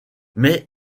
mais